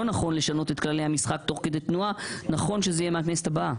נכון לשנות את כללי המשחק תוך כדי תנועה נכון שזה יהיה מהכנסת הבאה.